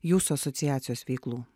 jūsų asociacijos veiklų